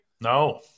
No